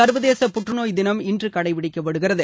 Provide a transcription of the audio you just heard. சர்வதேச புற்றுநோய் தினம் இன்று கடைபிடிக்கப்படுகிறது